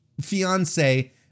Fiance